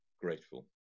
grateful